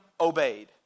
obeyed